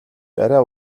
арай